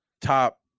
top